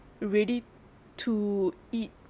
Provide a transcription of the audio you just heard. ready-to-eat